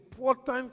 important